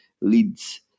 leads